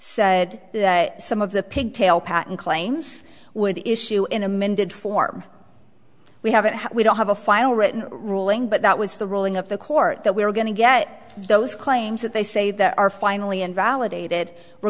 said some of the pigtail patent claims would issue in amended form we haven't we don't have a final written ruling but that was the ruling of the court that we are going to get those claims that they say that are finally invalidated we're